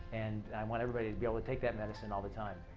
and i want everybody to be able to take that medicine all the time.